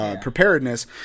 preparedness